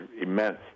immense